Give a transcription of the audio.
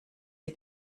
sie